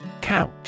Couch